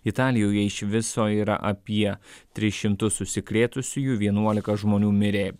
italijoje iš viso yra apie tris šimtus užsikrėtusiųjų vienuolika žmonių mirė